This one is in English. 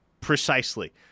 Precisely